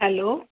hello